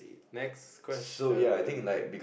next question